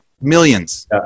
Millions